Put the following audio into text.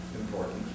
important